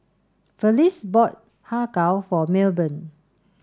Felice bought Har Kow for Milburn